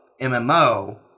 mmo